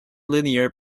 linear